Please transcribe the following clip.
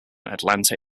atlanta